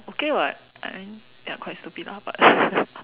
okay [what] I I mean ya quite stupid lah but